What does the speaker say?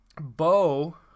Bo